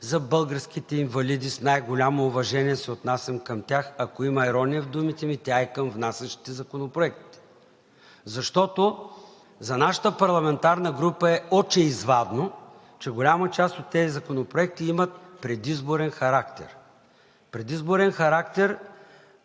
за българските инвалиди – с най-голямо уважение се отнасям към тях, ако има ирония в думите ми, тя е към внасящите законопроектите. Защото за нашата парламентарна група е очеизвадно, че голяма част от тези законопроекти имат предизборен характер. Предизборен характер!